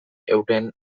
euren